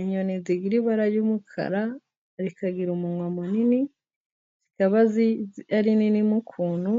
inyoni zigira ibara ry'umukara, rikagira umunwa munini zikaba ari nini mu ukuntu ...